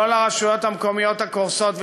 לא לרשויות המקומיות הקורסות,